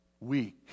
Weak